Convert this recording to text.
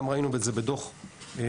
גם ראינו את זה בדוח ה-ממ"מ,